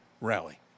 rally